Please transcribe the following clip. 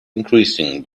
increasing